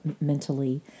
mentally